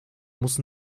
muss